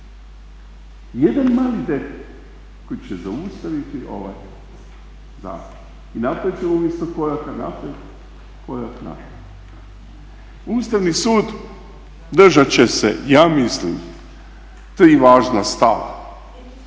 jedan mali detalj koji će zaustaviti ovaj zakon i napravit ćemo umjesto koraka naprijed korak nazad. Ustavni sud držat će se ja mislim tri važna stava